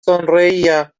sonreía